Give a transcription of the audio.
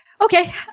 Okay